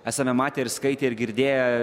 esame matę ir skaitę ir girdėję